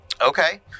Okay